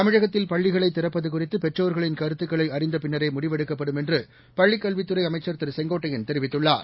தமிழகத்தில் பள்ளிகளை திறப்பது குறித்து பெற்றோர்களின் கருத்துக்களை அறிந்த பின்னரே முடிவெடுக்கப்படும் என்று பள்ளிக் கல்வித்துறை அமைச்சர் திரு செங்கோட்டையள் தெரிவித்துள்ளார்